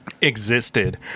existed